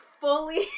fully